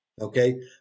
okay